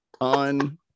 on